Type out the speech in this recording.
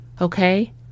Okay